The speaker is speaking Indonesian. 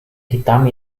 hitam